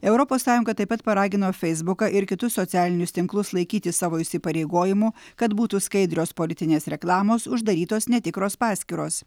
europos sąjunga taip pat paragino feisbuką ir kitus socialinius tinklus laikytis savo įsipareigojimų kad būtų skaidrios politinės reklamos uždarytos netikros paskyros